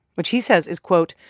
which he says is, quote,